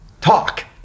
talk